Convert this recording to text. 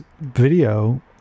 video